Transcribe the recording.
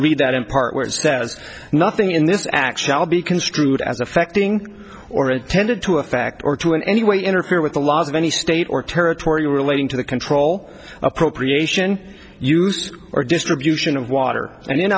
read that in part where it says nothing in this action will be construed as affecting or intended to affect or to in any way interfere with the laws of any state or territory relating to the control appropriation use or distribution of water and